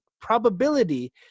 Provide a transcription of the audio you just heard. probability